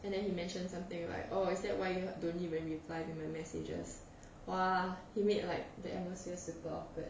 and then he mentioned something like oh is that why you don't even reply my messages !wah! he made like the atmosphere super awkward